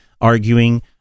arguing